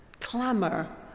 clamour